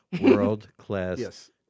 world-class